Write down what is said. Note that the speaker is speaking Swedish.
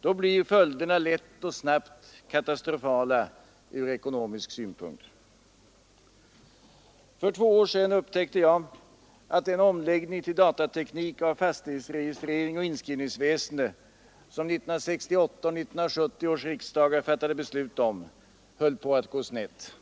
det blir följderna lätt och snabbt katastrofala ur ekonomisk synpunkt. För två år sedan upptäckte jag att den omläggning till datateknik av fastighetsregistrering och inskrivningsväsende, som 1968 och 1970 års riksdagar fattade beslut om, höll på att gå snett.